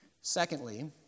Secondly